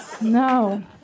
No